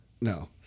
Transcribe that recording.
No